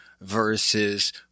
versus